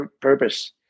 purpose